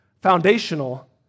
foundational